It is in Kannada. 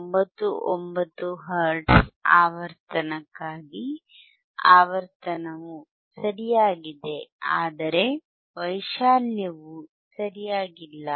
99 ಹರ್ಟ್ಜ್ ಆವರ್ತನಕ್ಕಾಗಿ ಆವರ್ತನವು ಸರಿಯಾಗಿದೆ ಆದರೆ ವೈಶಾಲ್ಯವು ಸರಿಯಾಗಿಲ್ಲ